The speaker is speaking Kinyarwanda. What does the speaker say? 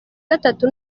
gatatu